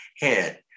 head